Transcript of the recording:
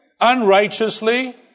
unrighteously